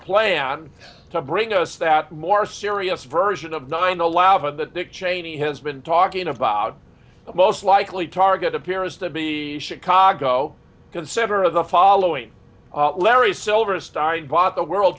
plan to bring us that more serious version of nine eleven that dick cheney has in talking about the most likely target appears to be chicago consider the following larry silverstein bought the world